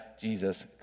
Jesus